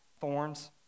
thorns